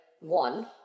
one